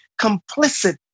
complicit